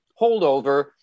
holdover